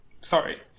sorry